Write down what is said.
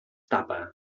tapa